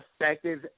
effective